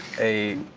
a